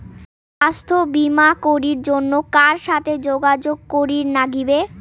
স্বাস্থ্য বিমা করির জন্যে কার সাথে যোগাযোগ করির নাগিবে?